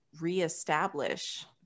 reestablish